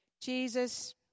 Jesus